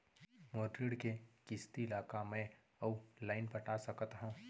मोर ऋण के किसती ला का मैं अऊ लाइन पटा सकत हव?